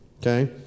Okay